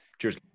cheers